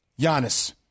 Giannis